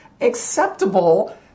acceptable